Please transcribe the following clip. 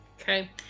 okay